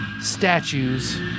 statues